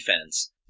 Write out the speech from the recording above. defense